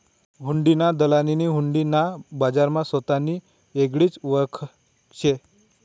हुंडीना दलालनी हुंडी ना बजारमा सोतानी येगळीच वयख शे